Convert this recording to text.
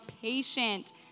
patient